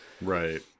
Right